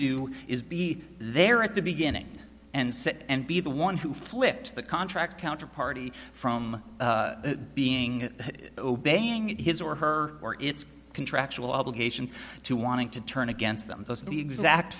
do is be there at the beginning and sit and be the one who flipped the contract counterparty from being obeying his or her or its contractual obligation to wanting to turn against them those are the exact